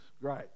great